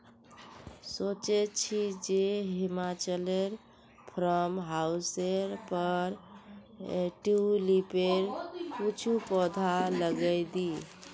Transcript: सोचे छि जे हिमाचलोर फार्म हाउसेर पर ट्यूलिपेर कुछू पौधा लगइ दी